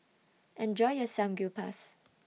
Enjoy your Samgyeopsal